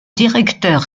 directeur